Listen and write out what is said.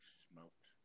smoked